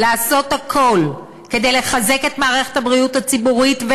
לעשות הכול כדי לחזק את מערכת הבריאות הציבורית,